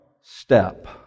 step